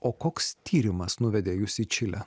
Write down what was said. o koks tyrimas nuvedė jus į čilę